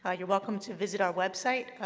ah you're welcome to visit our website,